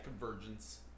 convergence